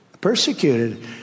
persecuted